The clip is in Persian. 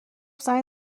زنگ